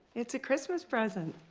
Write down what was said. it's a christmas present.